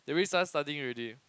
they already started studying already